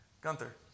Gunther